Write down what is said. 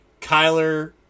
Kyler